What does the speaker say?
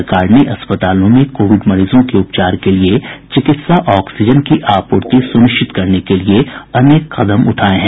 सरकार ने अस्पतालों में कोविड मरीजों के उपचार के लिए चिकित्सा ऑक्सीजन की आपूर्ति सुनिश्चित करने के लिए अनेक कदम उठाये हैं